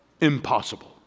impossible